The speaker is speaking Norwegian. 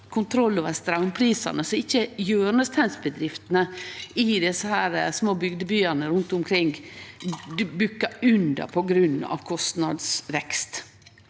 kontroll over straumprisane så ikkje hjørnesteinsbedriftene i desse små bygdebyane rundt omkring bukkar under på grunn av kostnadsvekst.